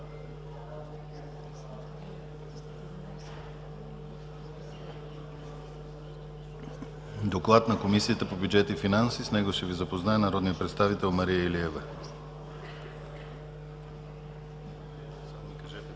Доклад на Комисията по бюджет и финанси, с който ще Ви запознае народния представител Мария Илиева. ДОКЛАДЧИК